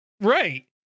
right